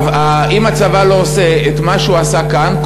אם הצבא לא עושה את מה שהוא עשה כאן,